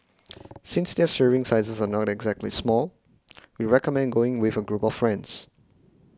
since their serving sizes are not exactly small we recommend going with a group of friends